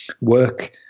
work